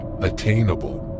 attainable